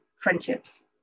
friendships